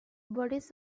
bodies